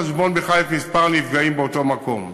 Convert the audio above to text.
בחשבון בכלל את מספר הנפגעים באותו מקום.